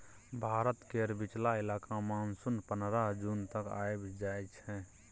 भारत केर बीचला इलाका मे मानसून पनरह जून तक आइब जाइ छै